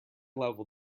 level